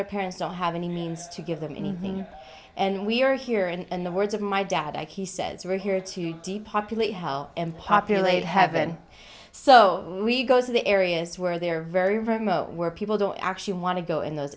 their parents don't have any means to give them anything and we are here and the words of my dad he says are here to depopulate hell in populated heaven so we go to the areas where they're very remote where people don't actually want to go in those